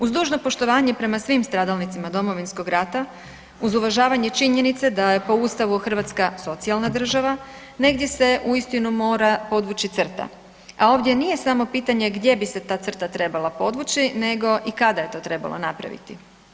Uz dužno poštovanje prema svim stradalnicima Domovinskog rata uz uvažavanje činjenice da je po ustavu Hrvatska socijalna država negdje se uistinu mora podvući crta, a ovdje nije samo pitanje gdje bi se ta crta trebala podvući nego i kada je to trebalo napraviti?